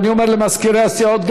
אני אומר גם למזכירי הסיעות,